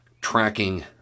tracking